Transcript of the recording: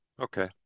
okay